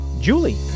Julie